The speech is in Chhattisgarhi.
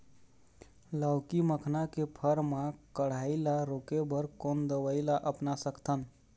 लाउकी मखना के फर मा कढ़ाई ला रोके बर कोन दवई ला अपना सकथन?